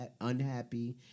unhappy